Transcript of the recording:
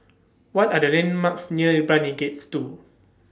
What Are The landmarks near Brani Gates two